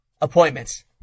Appointments